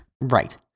Right